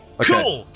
Cool